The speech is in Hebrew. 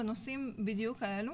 בנושאים בדיוק האלו.